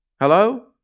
Hello